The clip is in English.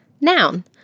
Noun